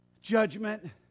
judgment